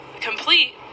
complete